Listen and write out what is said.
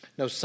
No